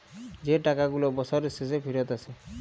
যে টাকা গুলা বসরের শেষে ফিরত আসে